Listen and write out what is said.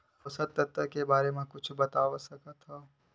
पोषक तत्व के बारे मा कुछु बता सकत हवय?